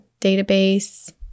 database